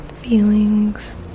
Feelings